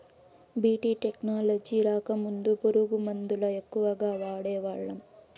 BT technology రాకముందు పురుగు మందుల ఎక్కువగా వాడేవాళ్ళం